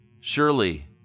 Surely